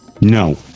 No